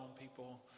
people